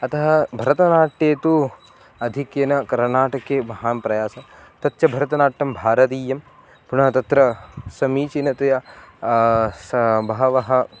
अतः भरतनाट्ये तु आधिक्येन कर्णाटके महान् प्रयासः तच्च भरतनाट्यं भारतीयं पुनः तत्र समीचीनतया सा बहवः